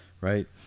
right